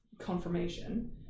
confirmation